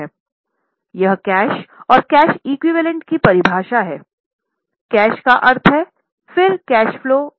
यह कैश और cash equivalent की परिभाषा है कैश का अर्थ है फिर कैश फलो के प्रकार